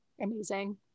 Amazing